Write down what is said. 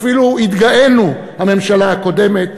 אפילו התגאינו, הממשלה הקודמת והכנסת,